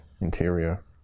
interior